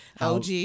OG